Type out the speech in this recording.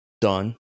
Done